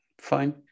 fine